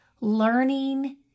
learning